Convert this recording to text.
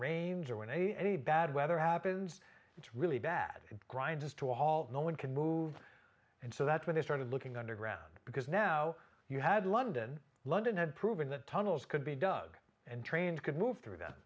rains or when a any bad weather happens it's really bad grinds to a halt no one can move and so that's when they started looking underground because now you had london london and proving that tunnels could be dug and trains could move through them